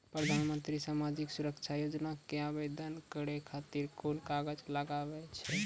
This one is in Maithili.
प्रधानमंत्री समाजिक सुरक्षा योजना के आवेदन करै खातिर कोन कागज लागै छै?